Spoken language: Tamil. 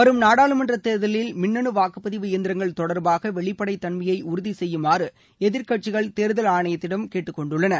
வரும் நாடாளுமன்ற தேர்தலில் மின்னனு வாக்குப்பதிவு எந்திரங்கள் தொடர்பாக வெளிப்படைத் தன்மையை உறுதி செய்யுமாறு எதிர்க்கட்சிகள் தேர்தல் ஆணையத்திடம் கேட்டுக்கொண்டுள்ளன